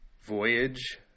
Voyage